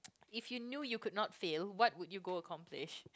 if you knew you could not fail what would you go accomplish